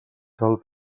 cal